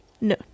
No